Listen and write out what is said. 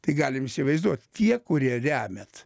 tai galim įsivaizduot tie kurie remiat